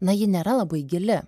na ji nėra labai gili